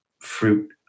fruit